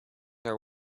are